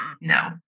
No